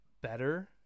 better